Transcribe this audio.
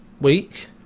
week